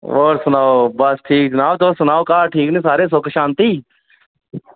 होर सनाओ बस ठीक जनाब तुस सनाओ घर ठीक न सारे सुख शांति